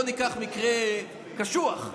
בוא ניקח מקרה קשוח,